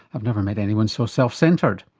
i've never met anyone so self-centred'.